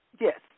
Yes